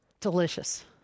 Delicious